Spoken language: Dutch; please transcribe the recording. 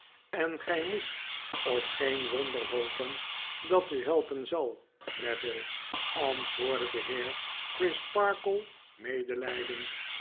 en gy moet op geen wonder hopen dat u helpen zal neville antwoordde de heer crisparkle medelydend